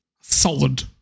solid